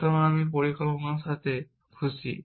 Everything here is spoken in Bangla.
তখন আমি আমার পরিকল্পনার সাথে মূলত খুশি